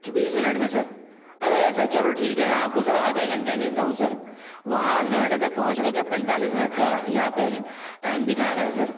کہ بیس منٹ میں سر ارے ایسا چلو ٹھیک ہے میں آپ کو سر آدھا گھنٹہ دیتا ہوں سر وہاں نوئیڈا تک پہنچنے کے پینتالیس منٹ کا یہاں پر ٹائم دکھا رہا ہے سر